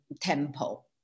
temple